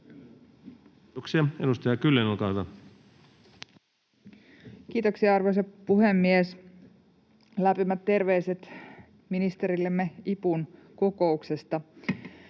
Kiitoksia. — Edustaja Kyllönen, olkaa hyvä. Kiitoksia, arvoisa puhemies! Lämpimät terveiset ministerillemme IPUn kokouksesta.